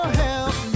help